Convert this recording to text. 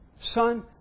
Son